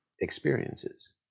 experiences